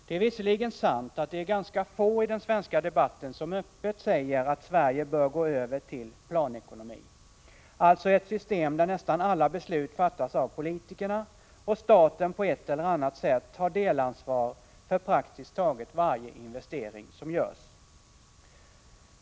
Det är visserligen sant att det är ganska få i den svenska debatten som öppet säger att Sverige bör gå över till planekonomi, alltså till ett system där nästan alla beslut fattas av politikerna och där staten på ett eller annat sätt har delansvar för praktiskt taget varje investering som görs.